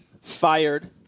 fired –